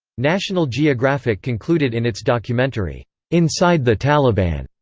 national geographic concluded in its documentary inside the taliban